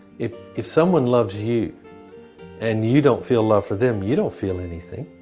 if if someone loves you and you don't feel love for them, you don't feel anything.